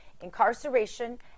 Incarceration